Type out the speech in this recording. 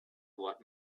what